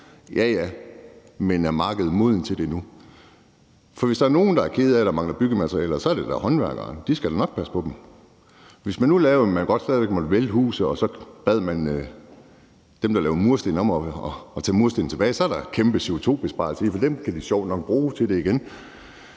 Ja, men er markedet modent til det endnu? For hvis der er nogle, der er kede af, at der mangler byggematerialer, er det da håndværkerne. De skal da nok passe på dem. Hvis man nu gjorde det sådan, at man godt stadig væk måtte vælte huse, og så bad dem, der laver mursten, om at tage mustenene tilbage, så ville der være en kæmpe CO2-besparelse i det, for dem kan de sjovt nok bruge igen.